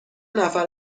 نفر